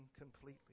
completely